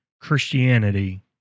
Christianity